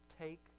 take